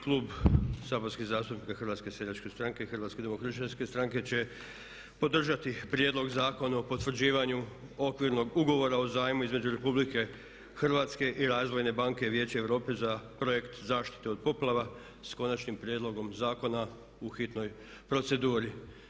Klub saborskih zastupnika Hrvatske seljačke stranke i Hrvatske demokršćanske stranke će podržati prijedlog Zakona o potvrđivanju Okvirnog ugovora o zajmu između RH i Razvojne banke Vijeća Europe za Projekt zaštite od poplava sa Konačnim prijedlogom zakona u hitnoj proceduri.